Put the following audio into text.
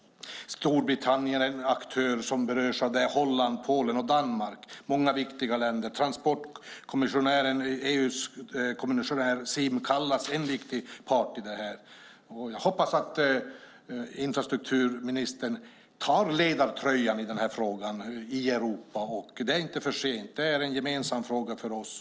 Storbritannien är en aktör som berörs av detta, liksom Holland, Polen och Danmark - viktiga länder. EU:s transportkommissionär Siim Kallas är en viktig part. Jag hoppas att infrastrukturministern tar ledartröjan i den här frågan i Europa. Det är inte för sent, det är en gemensam fråga för oss.